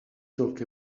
talk